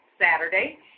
Saturday